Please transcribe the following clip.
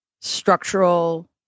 structural